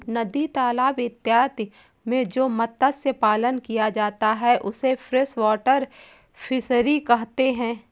नदी तालाब इत्यादि में जो मत्स्य पालन किया जाता है उसे फ्रेश वाटर फिशरी कहते हैं